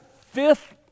fifth